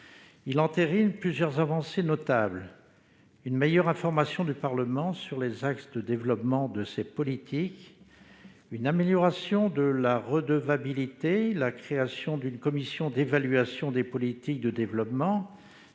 Il entérine plusieurs avancées notables : une meilleure information du Parlement sur les axes de développement de ces politiques, une amélioration de la redevabilité et la création d'une commission d'évaluation des politiques de développement,